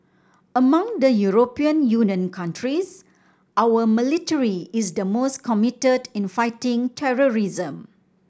among the European Union countries our military is the most committed in fighting terrorism